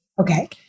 Okay